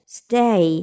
stay